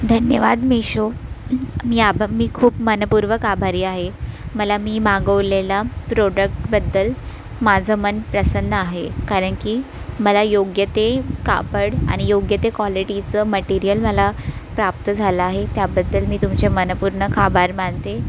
धन्यवाद मिशो मी अबाब मी खूप मन पूर्वक आभारी आहे मला मी मागवलेलं प्रोडक्टबद्दल माझं मन प्रसन्न आहे कारण की मला योग्य ते कापड आणि योग्य ते क्वालिटीचं मटेरियल मला प्राप्त झालं आहे त्याबद्दल मी तुमचे मन पूर्नक आभार मानते